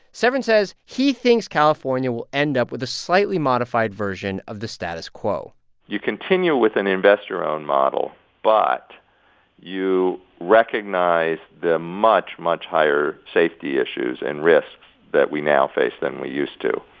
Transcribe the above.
severin says he thinks california will end up with a slightly modified version of the status quo you continue with an investor-owned model, but you recognize the much, much higher safety issues and risks that we now face than we used to.